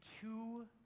two